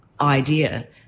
idea